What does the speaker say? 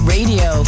Radio